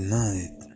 night